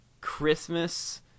Christmas